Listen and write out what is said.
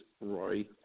Roy